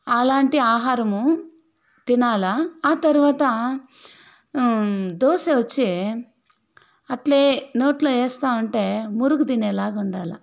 అలాంటి ఆహారమూ తినాలి ఆ తర్వాత దోశ వచ్చి అట్లే నోట్లో వేస్తా ఉంటే మురుకు తినేలాగ ఉండాల